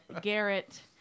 Garrett